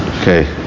Okay